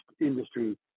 industry